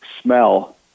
smell